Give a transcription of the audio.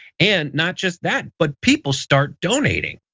and not just that, but people start donating.